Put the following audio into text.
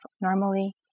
normally